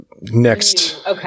next